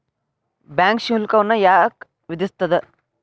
Bank ಶುಲ್ಕವನ್ನ ಯಾಕ್ ವಿಧಿಸ್ಸ್ತದ?